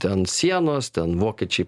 ten sienos ten vokiečiai